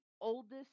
oldest